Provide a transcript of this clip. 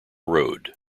road